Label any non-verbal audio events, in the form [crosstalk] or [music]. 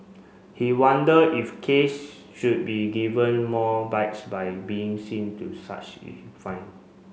he wondered if case should be given more bites by being [unintelligible] to such fine